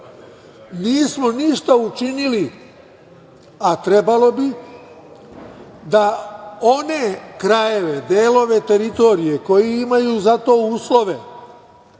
Nismo ništa učinili, a trebalo bi da one krajeve, delove teritorije koji imaju za to uslove